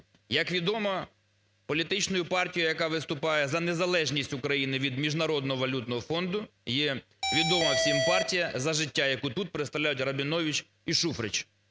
Як відомо, політичною партією, яка виступає за незалежність України від Міжнародного валютного фонду, є відома всім партія "За життя", яку тут представляють Рабінович і Шуфрич.